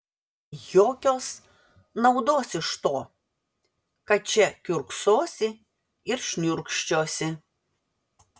jokios naudos iš to kad čia kiurksosi ir šniurkščiosi